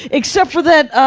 except for that,